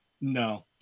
no